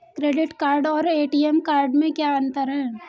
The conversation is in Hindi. क्रेडिट कार्ड और ए.टी.एम कार्ड में क्या अंतर है?